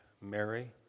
Mary